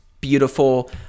beautiful